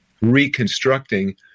reconstructing